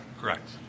Correct